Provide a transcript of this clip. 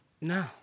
No